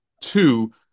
two